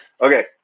okay